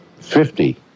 Fifty